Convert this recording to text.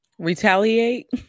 retaliate